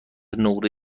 نقره